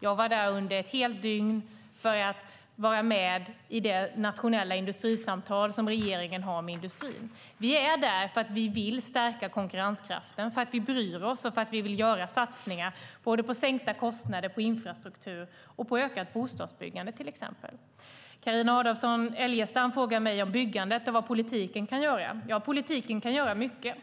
Jag var där under ett helt dygn för att vara med i det nationella industrisamtal som regeringen har med industrin. Vi är där för att vi vill stärka konkurrenskraften, för att vi bryr oss och för att vi vill göra satsningar både på till exempel sänkta kostnader för infrastruktur och på ökat bostadsbyggande. Carina Adolfsson Elgestam frågar mig om byggandet och vad politiken kan göra. Politiken kan göra mycket.